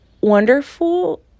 wonderful